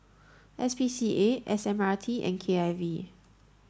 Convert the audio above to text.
S P C A S M R T and K I V